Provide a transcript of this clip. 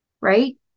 right